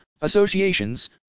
associations